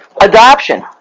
adoption